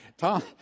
Tom